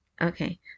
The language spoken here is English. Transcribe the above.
okay